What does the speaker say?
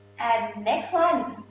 and, next one,